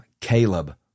Caleb